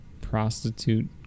prostitute